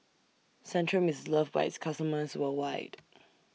Centrum IS loved By its customers worldwide